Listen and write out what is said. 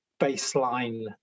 baseline